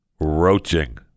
roaching